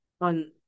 on